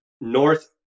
North